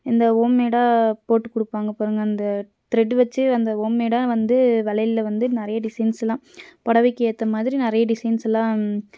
இந்த ஹோம் மேடாக போட்டுக் கொடுப்பாங்க பாருங்கள் அந்த த்ரெடு வச்சு அந்த ஹோம் மேடாக வந்து வளையல்ல வந்து நிறைய டிசைன்ஸ்ஸெல்லாம் புடவைக்கி ஏற்றமாதிரி நிறையா டிசைன்ஸ்ஸெல்லாம்